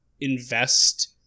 invest